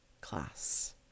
class